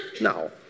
Now